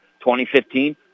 2015